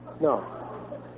No